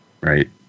Right